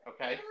Okay